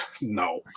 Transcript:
No